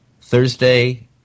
Thursday